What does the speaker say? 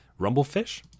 Rumblefish